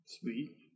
Sweet